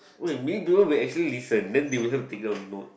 what you mean bro we actually listen then they will have to get a note